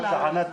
ההתנהלות.